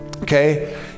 Okay